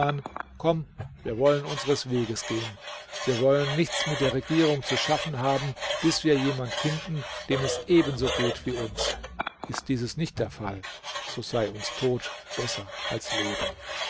komm wir wollen unseres weges gehen wir wollen nichts mit der regierung zu schaffen haben bis wir jemand finden dem es ebenso geht wie uns ist dieses nicht der fall so sei uns tod besser als leben